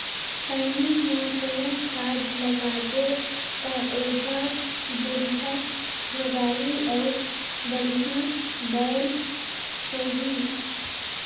खैनी मा कौन खाद लगाबो ता ओहार बेडिया भोगही अउ बढ़िया बैल होही?